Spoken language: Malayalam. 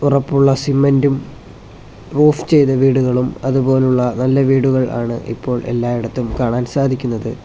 ഉറപ്പുള്ള സിമന്റും റൂഫ് ചെയ്ത വീടുകളും അതുപോലുള്ള നല്ല വീടുകൾ ആണ് ഇപ്പോൾ എല്ലായിടത്തും കാണാൻ സാധിക്കുന്നത്